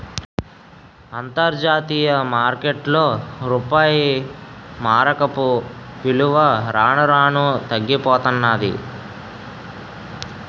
అంతర్జాతీయ మార్కెట్లో రూపాయి మారకపు విలువ రాను రానూ తగ్గిపోతన్నాది